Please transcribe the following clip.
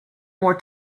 more